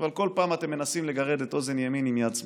אבל כל פעם אתם מנסים לגרד את אוזן ימין עם יד שמאל,